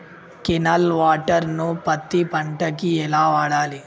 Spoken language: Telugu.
కెనాల్ వాటర్ ను పత్తి పంట కి ఎలా వాడాలి?